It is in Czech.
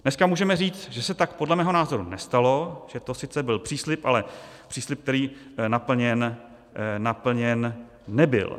Dneska můžeme říct, že se tak podle mého názoru nestalo, že to sice byl příslib, ale příslib, který naplněn nebyl.